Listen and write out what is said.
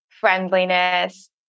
friendliness